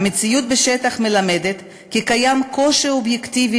המציאות בשטח מלמדת כי קיים קושי אובייקטיבי